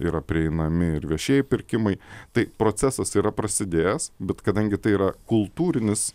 yra prieinami ir viešieji pirkimai tai procesas yra prasidėjęs bet kadangi tai yra kultūrinis